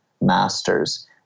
masters